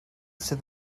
sydd